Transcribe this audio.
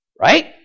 Right